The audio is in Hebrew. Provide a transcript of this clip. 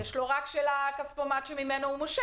כי הרי יש לו שקיפות רק לגבי העמלה שממנו הוא מושך,